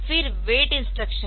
फिर wait instruction है